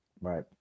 Right